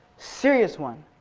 serious one.